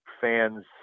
fans